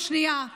שנייה,